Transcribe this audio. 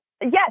Yes